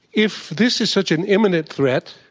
if this is such an imminent threat,